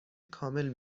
کامل